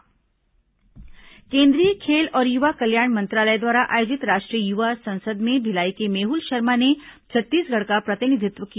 भिलाई मेहुल शर्मा केन्द्रीय खेल और युवा कल्याण मंत्रालय द्वारा आयोजित राष्ट्रीय युवा संसद में भिलाई के मेहुल शर्मा ने छत्तीसगढ़ का प्रतिनिधित्व किया